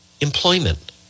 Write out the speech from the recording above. employment